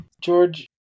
George